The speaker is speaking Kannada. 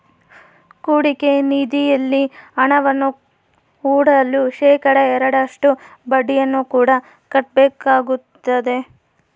ಹೂಡಿಕೆ ನಿಧಿಯಲ್ಲಿ ಹಣವನ್ನು ಹೂಡಲು ಶೇಖಡಾ ಎರಡರಷ್ಟು ಬಡ್ಡಿಯನ್ನು ಕೂಡ ಕಟ್ಟಬೇಕಾಗುತ್ತದೆ